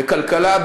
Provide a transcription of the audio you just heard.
בכלכלה,